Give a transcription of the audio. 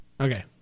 Okay